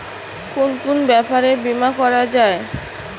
কুন কুন ব্যাপারে বীমা করা যায়?